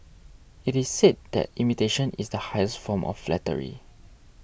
it is said that imitation is the highest form of flattery